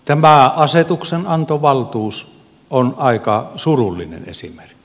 tämä asetuksenantovaltuus on aika surullinen esimerkki